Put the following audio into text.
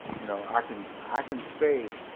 you know, i can, i can stay,